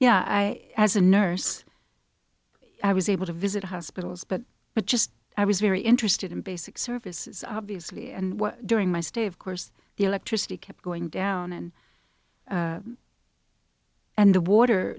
yeah i as a nurse i was able to visit hospitals but but just i was very interested in basic services obviously and during my stay of course the electricity kept going down and and the water